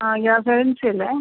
ആ ഗ്യാസ് ഏജൻസിയല്ലേ